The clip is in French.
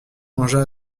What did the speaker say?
mangea